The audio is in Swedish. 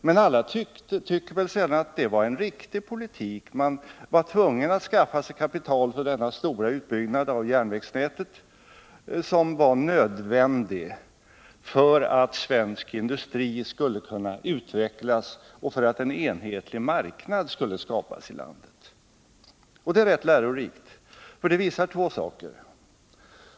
Men alla tyckte väl att det var en riktig politik — man var tvungen att skaffa kapital för denna stora utbyggnad av järnvägsnätet, som var nödvändig för att svensk industri skulle kunna utvecklas och för att en enhetlig marknad skulle kunna skapas i landet. Detta är rätt lärorikt. Det visar nämligen två saker.